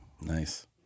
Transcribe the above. Nice